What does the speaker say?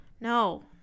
no